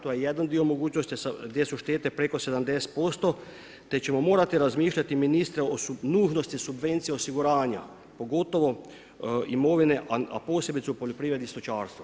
To je jedan dio mogućnosti, gdje su štete preko 70%, te ćemo morati razmišljati, ministre, o nužnosti subvencije osiguranja, pogotovo imovine, a posebice u poljoprivredi stočarstva.